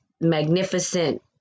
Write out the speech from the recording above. magnificent